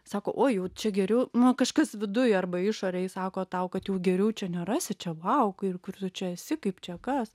sako oi jau čia geriau nu kažkas viduj arba išorėj sako tau kad jau geriau čia nerasi čia vau kur ir kur tu čia esi kaip čia kas